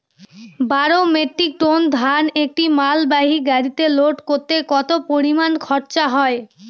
বারো metric ton ধান একটি মালবাহী গাড়িতে লোড করতে কতো পরিমাণ খরচা হয়?